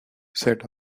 set